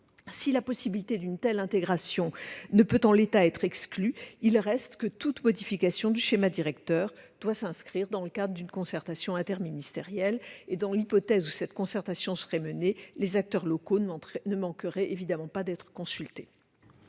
Si la possibilité d'une telle intégration ne peut, en l'état, être exclue, il reste que toute modification du schéma directeur doit s'inscrire dans le cadre d'une concertation interministérielle. Dans l'hypothèse où une telle concertation serait menée, les acteurs locaux ne manqueraient évidemment pas d'être consultés.